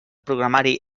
programari